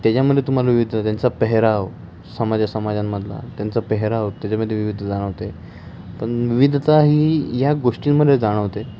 त्याच्यामध्ये तुम्हाला विविधता त्यांचा पेहराव समाज समाजांमधला त्यांचा पेहराव त्याच्यामध्ये विविधता जाणवते पण विविधता ही या गोष्टींमध्ये जाणवते